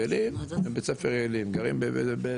גרים בשכונה יעלים,